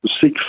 seek